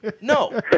No